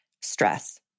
stress